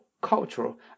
cultural